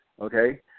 okay